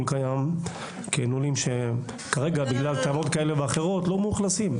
קיים כי אלה לולים שכרגע בגלל טענות כאלה ואחרות לא מאוכלסים.